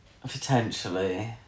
potentially